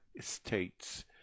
states